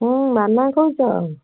ମାନା କହୁଛ